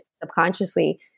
subconsciously